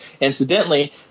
incidentally